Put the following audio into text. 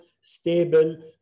stable